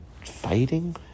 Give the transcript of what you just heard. fading